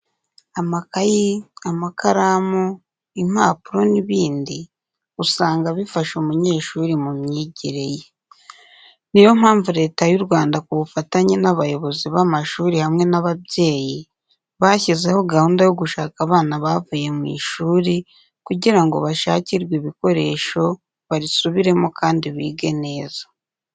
Amakayi, amakaramu, impapuro n'ibindi usanga bifasha umunyeshuri mu myigire ye. Niyo mpamvu Leta y'u Rwanda ku bufatanye n'abayobozi b'amashuri hamwe n'ababyeyi, bashyizeho gahunda yo gushaka abana bavuye mu ishuri kugira ngo bashakirwe ibikoresho barisubiremo kandi bige neza.